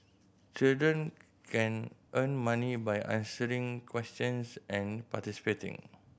children can earn money by answering questions and participating